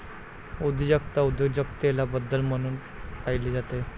उद्योजकता उद्योजकतेला बदल म्हणून पाहिले जाते